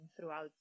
throughout